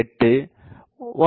6 0